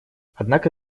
однако